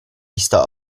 vista